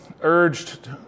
urged